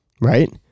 right